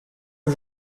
que